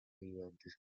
ayudantes